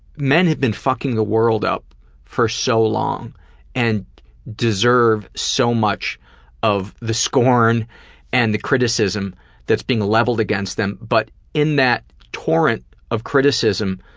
men have been fucking the world up for so long and deserve so much of the scorn and the criticism that's being leveled against them, but in that torrent of criticism